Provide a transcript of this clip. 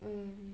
um